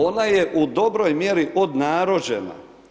Ona je u dobroj mjeri podnarođena.